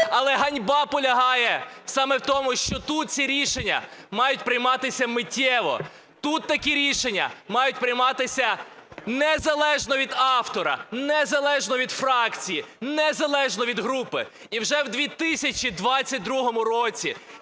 Але ганьба полягає саме в тому, що тут ці рішення мають прийматися миттєво. Тут такі рішення мають прийматися незалежно від автора, незалежно від фракції, незалежно від групи. І вже в 2022 році